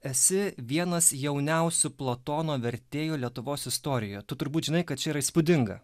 esi vienas jauniausių platono vertėjų lietuvos istorija tu turbūt žinai kad čia yra įspūdinga